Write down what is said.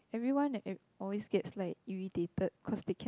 everyone uh always gets like irritated cause they cannot